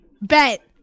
Bet